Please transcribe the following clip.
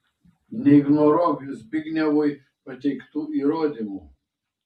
neignoruok zbignevui pateiktų įrodymų